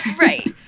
Right